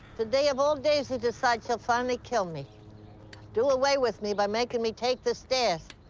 today of all days, he decides he'll finally kill me do away with me by making me take the stairs.